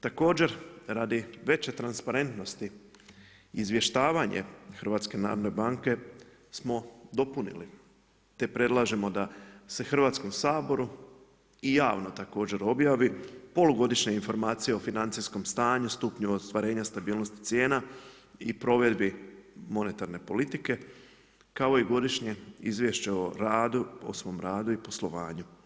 Također radi veće transparentnosti izvještavanje HNB-a smo dopunili te predlažemo da se Hrvatskom saboru i javno također objavi Polugodišnja informacija o financijskom stanju, stupnju ostvarenja stabilnosti cijena i provedbi monetarne politike kao i godišnje izvješće o svom radu i poslovanju.